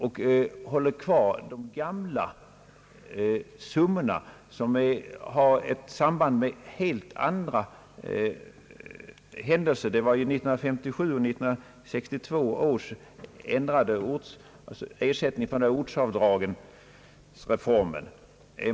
Här håller man kvar de gamla summorna, som har ett samband med helt andra händelser, nämligen 1957 och 1962 års ändringar i ortsavdragen.